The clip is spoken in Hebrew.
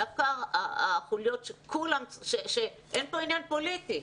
אין כאן עניין פוליטי,